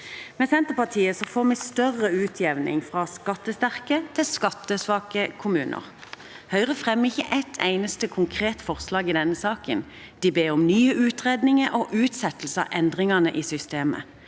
Med Senterpartiet får vi en større utjevning, fra skattesterke kommuner til skattesvake kommuner. Høyre fremmer ikke et eneste konkret forslag i denne saken. De ber om nye utredninger og utsettelse av endringene i systemet.